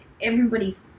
everybody's